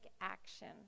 action